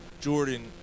Jordan